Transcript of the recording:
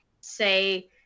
say